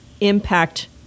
impact